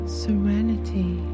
serenity